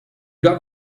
got